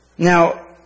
Now